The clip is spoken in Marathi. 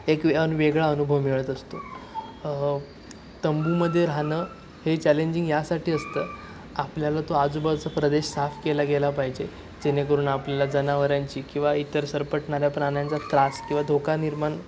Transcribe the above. एक वेगळा अनुभव मिळत असतो तंबूमधे राहणं हे चॅलेंजिंग यासाठी असतं आपल्याला तो आजूबाजूचा प्रदेश साफ केला गेला पाहिजे जेणेकरून आपल्याला जनावरांची किंवा इतर सरपटणाऱ्या प्राण्यांचा त्रास किंवा धोका निर्माण